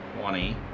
twenty